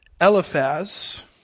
Eliphaz